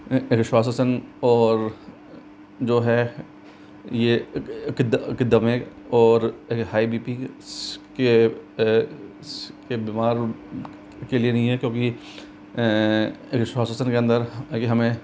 रिश्वावासन और जो है ये दमे में और हाई बी पी के बीमार के लिए नहीं है क्योंकि रिश्वासन के अन्दर हमें